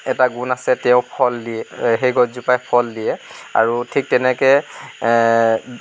এটা গুণ আছে তেওঁ ফল দিয়ে সেই গছজোপাই ফল দিয়ে আৰু ঠিক তেনেকৈ